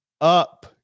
up